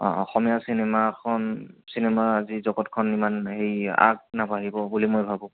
অঁ অসমীয়া চিনেমাখন চিনেমা আজি জগতখন ইমান হেৰি আগনাবাঢ়িব বুলি মই ভাবোঁ